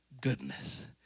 goodness